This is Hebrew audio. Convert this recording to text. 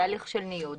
בהליך של ניוד.